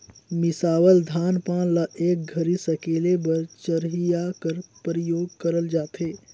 मिसावल धान पान ल एक घरी सकेले बर चरहिया कर परियोग करल जाथे